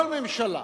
כל ממשלה